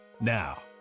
now